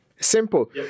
Simple